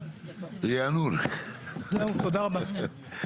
תודה רבה.